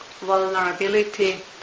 vulnerability